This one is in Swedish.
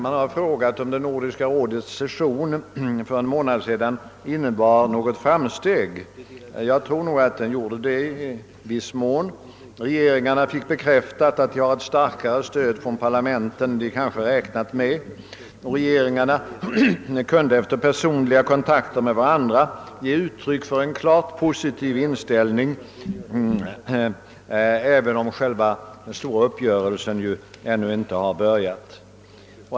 Man har frågat om Nordiska rådets session för en månad sedan innebar något framsteg i fråga om Nordek. Jag tror nog att den i viss mån gjorde det. Regeringarna fick bekräftat att de har ett starkare stöd från sina parlament än de kanske räknat med, och regeringarna kunde efter personliga kontakter med varandra ge uttryck för en klart positiv inställning, även om slutförhandlingarna om själva den stora uppgörelsen ännu inte börjat.